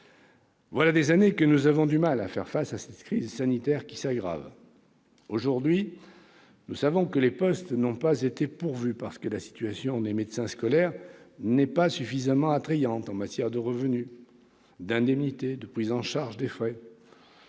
Voilà des années que nous avons du mal à faire face à une crise sanitaire qui s'aggrave. Aujourd'hui, nous savons que les postes n'ont pas été pourvus parce que la situation des médecins scolaires n'est pas suffisamment attrayante en termes de revenus, d'indemnités, de prise en charge des frais.